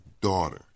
daughter